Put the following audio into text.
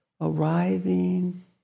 arriving